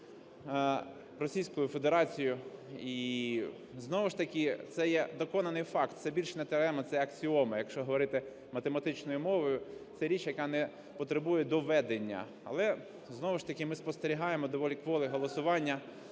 Російською Федерацією. І знову ж таки, це є доконаний факт, це більше не теорема, це аксіома, якщо говорити математичною мовою, це річ, як не потребує доведення. Але, знову ж таки, ми спостерігаємо доволі кволе голосування,